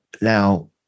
Now